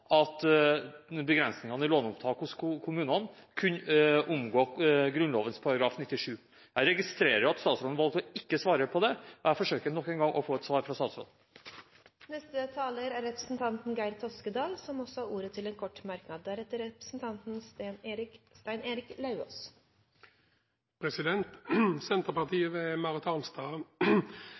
at begrensningene i låneopptak hos kommunene kunne omgå Grunnloven § 97. Jeg registrerer at statsråden valgte ikke å svare på det. Jeg forsøker nok en gang å få et svar fra statsråden. Representanten Geir S. Toskedal har hatt ordet to ganger tidligere og får ordet til en kort merknad, begrenset til 1 minutt. Senterpartiet ved representanten